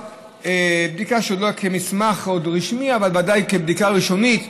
בדיקה שעוד לא ידועה כמסמך רשמי אבל ודאי בדיקה ראשונית,